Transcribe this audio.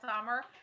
summer